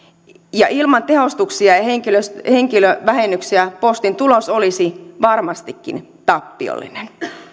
ja ilman tehostuksia ja ja henkilövähennyksiä postin tulos olisi varmastikin tappiollinen